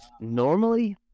Normally